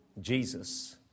Jesus